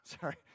Sorry